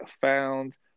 found